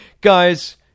guys